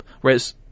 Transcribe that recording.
Whereas